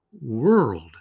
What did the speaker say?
world